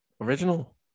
Original